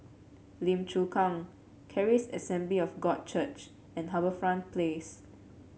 Lim Chu Kang Charis Assembly of God Church and HarbourFront Place